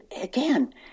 again